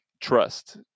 trust